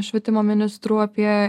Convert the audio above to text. švietimo ministru apie